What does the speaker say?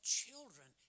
children